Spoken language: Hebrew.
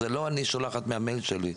זה לא שאני שולחת מהמייל שלי.